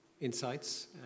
insights